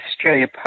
Australia